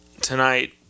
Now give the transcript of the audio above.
tonight